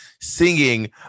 singing